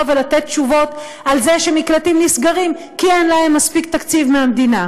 ולתת תשובות על זה שמקלטים נסגרים כי אין להם מספיק תקציב מהמדינה?